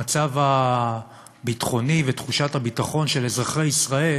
המצב הביטחוני ותחושת הביטחון של אזרחי ישראל